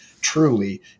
truly